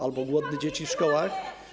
Albo głodne dzieci w szkołach?